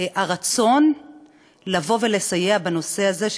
הרצון לבוא ולסייע בנושא הזה,